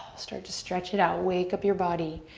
start to stretch it out. wake up your body,